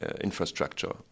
infrastructure